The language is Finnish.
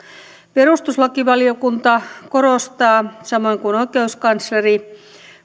perustuslakivaliokunta korostaa samoin kuin oikeuskansleri